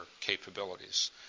capabilities